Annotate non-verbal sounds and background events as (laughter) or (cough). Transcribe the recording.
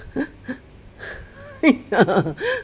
(laughs)